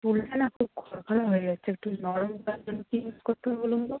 চুলটা না খুব খরখরে হয়ে গেছে একটু নরম করার জন্য কি ইউজ করতে হবে বলুন তো